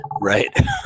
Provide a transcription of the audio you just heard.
right